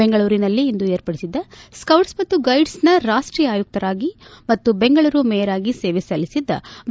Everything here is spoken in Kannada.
ಬೆಂಗಳೂರಿನಲ್ಲಿಂದು ಏರ್ಪಡಿಸಿದ್ದ ಸೌಟ್ಲ್ ಮತ್ತು ಗೈಡ್ಲ್ನ ರಾಷ್ಟೀಯ ಆಯುಕ್ತರಾಗಿ ಮತ್ತು ಬೆಂಗಳೂರು ಮೇಯರ್ ಆಗಿ ಸೇವೆಸಲ್ಲಿಸಿದ್ದ ವಿ